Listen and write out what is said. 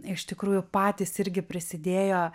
iš tikrųjų patys irgi prisidėjo